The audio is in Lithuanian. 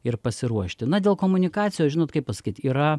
ir pasiruošti na dėl komunikacijos žinot kaip pasakyt yra